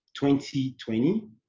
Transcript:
2020